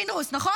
פינדרוס, נכון?